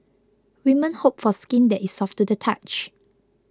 women hope for skin that is soft to the touch